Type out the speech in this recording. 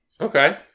Okay